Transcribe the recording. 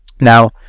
Now